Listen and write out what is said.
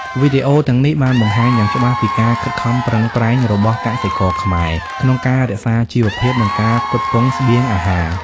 វីដេអូទាំងនេះបានបង្ហាញយ៉ាងច្បាស់ពី ការខិតខំប្រឹងប្រែងរបស់កសិករខ្មែរ ក្នុងការរក្សាជីវភាព និងការផ្គត់ផ្គង់ស្បៀងអាហារ។